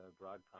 broad